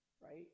Right